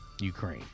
Ukraine